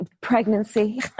pregnancy